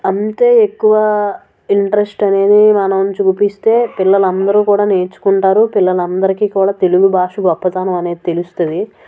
అంతే ఎక్కువ ఇంట్రెస్ట్ అనేది మనం చూపిస్తే పిల్లలందరూ కూడా నేర్చుకుంటారు పిల్లలందరికీ కూడా తెలుగు భాష గొప్పతనం అనేది తెలుస్తుంది